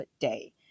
Day